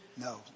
No